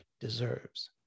deserves